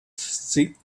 sinkt